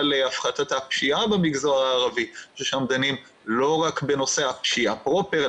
להפחתת הפשיעה במגזר הערבי ששם דנים לא רק בנושא הפשיעה פרופר,